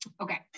Okay